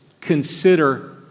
consider